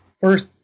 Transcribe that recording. first